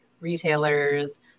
retailers